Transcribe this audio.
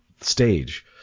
stage